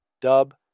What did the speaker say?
Dub